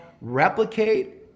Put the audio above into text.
replicate